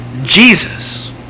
Jesus